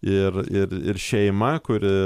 ir ir ir šeima kuri